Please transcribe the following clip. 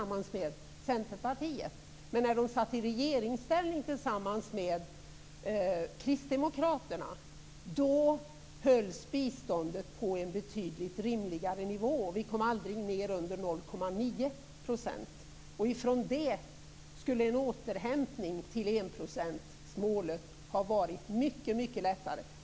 Men när dessa partier satt i regeringsställning tillsammans med kristdemokraterna hölls biståndet på en betydligt rimligare nivå. Vi kom aldrig ned till under 0,9 %. Från denna procentsats skulle en återhämtning till enprocentsmålet ha varit mycket lättare.